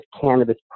cannabis